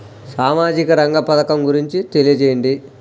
సామాజిక రంగ పథకం గురించి తెలియచేయండి?